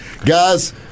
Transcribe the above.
Guys